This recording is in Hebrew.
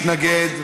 מתנגד,